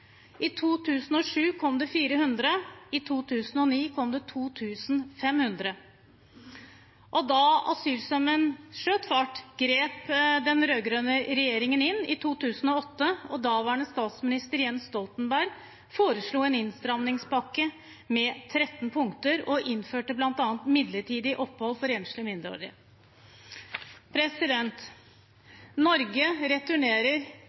I 2007 kom det 400. I 2009 kom det 2 500. Da asylstrømmen skjøt fart, grep den rød-grønne regjeringen inn i 2008, og daværende statsminister Jens Stoltenberg foreslo en innstramningspakke med 13 punkter og innførte bl.a. midlertidig opphold for enslige mindreårige. Norge returnerer